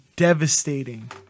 Devastating